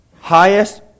highest